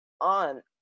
on